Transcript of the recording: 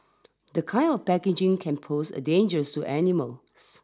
the kind of packaging can pose a dangers to animals